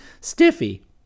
Stiffy